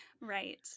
Right